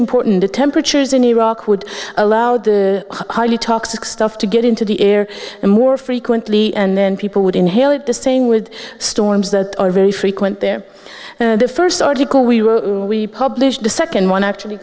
important the temperatures in iraq would allow the highly toxic stuff to get into the air and more frequently and then people would inhale it the same with storms that are very frequent there the first article we were we published the second one actually